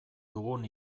dugun